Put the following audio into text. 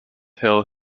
hill